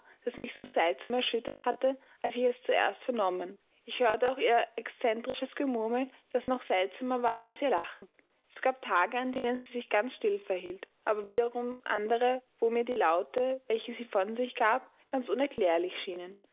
das mich so seltsam erschüttert hatte als ich es zuerst vernommen ich hörte auch ihr excentrisches gemurmel das noch seltsamer war als ihr lachen es gab tage an denen sie sich ganz still verhielt aber wiederum andere wo mir die laute welche sie von sich gab ganz unerklärlich schienen